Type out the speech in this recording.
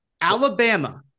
Alabama